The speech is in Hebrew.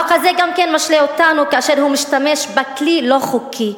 החוק הזה גם משלה אותנו כאשר הוא משתמש בכלי לא חוקי,